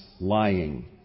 lying